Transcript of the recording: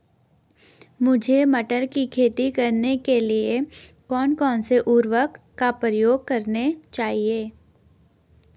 मुझे मटर की खेती करने के लिए कौन कौन से उर्वरक का प्रयोग करने चाहिए?